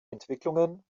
entwicklungen